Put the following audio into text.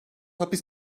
hapis